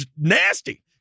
nasty